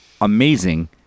Amazing